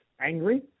angry